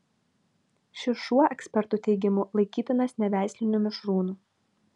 šis šuo ekspertų teigimu laikytinas neveisliniu mišrūnu